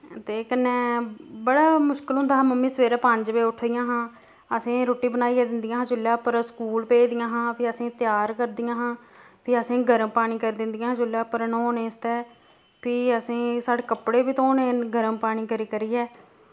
ते कन्नै बड़ा मुश्कल होंदा हा मम्मी सबेरे पंज बजे उट्ठदियां हां असें रुट्टी बनाइयै दिन्दियां हां चुल्लै उप्पर स्कूल भेजदियां हां फ्ही असें त्यार करदियां हां फ्ही असें गर्म पानी कर दिन्दियां हां चुल्लै उप्पर न्हौने आस्तै फ्ही असें साढ़े कपड़े बी धोने गर्म पानी करी करियै